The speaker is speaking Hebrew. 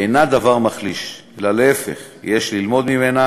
אינה דבר מחליש, אלא להפך, יש ללמוד ממנה